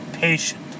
patient